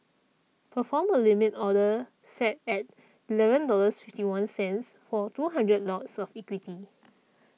perform a Limit Order set at eleven dollars fifty one cents for two hundred lots of equity